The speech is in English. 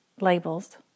labels